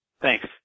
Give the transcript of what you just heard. Thanks